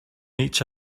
each